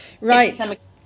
right